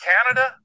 Canada